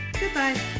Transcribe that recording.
goodbye